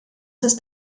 ist